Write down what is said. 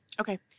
Okay